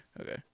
Okay